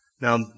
Now